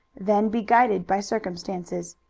then be guided by circumstances.